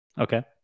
Okay